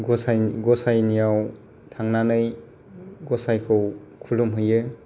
गसायनियाव थांनानै गसायखौ खुलुम हैयो